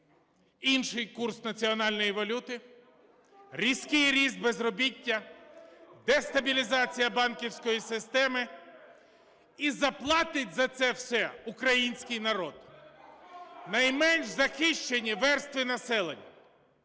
інший курс національної валюти, різкий ріст безробіття, дестабілізація банківської системи. І заплатить за це все український народ, найменш захищені верстви населення,